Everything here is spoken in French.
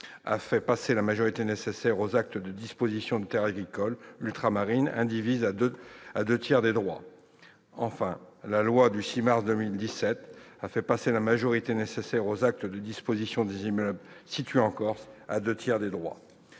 a fait passer la majorité nécessaire aux actes de disposition de terres agricoles ultramarines indivises à deux tiers des droits ; la loi du 6 mars 2017 a fait passer la majorité nécessaire aux actes de disposition des immeubles situés en Corse à deux tiers des droits.